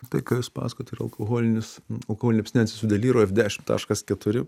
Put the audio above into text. tai ką jūs pasakojat tai yra alkoholinis alkoholinė abstinencija su delyru f dešimt taškas keturi